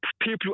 people